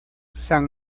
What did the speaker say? san